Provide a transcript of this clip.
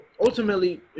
ultimately